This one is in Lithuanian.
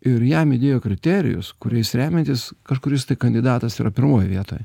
ir jam įdėjo kriterijus kuriais remiantis kažkuris kandidatas yra pirmoj vietoj